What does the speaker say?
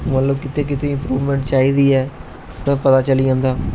मतलब किते किते इमप्रुवमेंट चाहिदी ऐ ओहदा पता चली जंदा